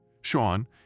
Sean